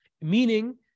Meaning